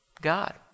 God